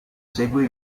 seguì